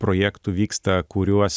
projektų vyksta kuriuos